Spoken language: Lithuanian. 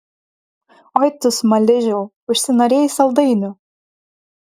oi tu smaližiau užsinorėjai saldainių